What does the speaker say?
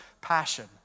passion